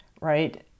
right